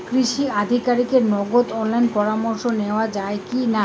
কৃষি আধিকারিকের নগদ অনলাইন পরামর্শ নেওয়া যায় কি না?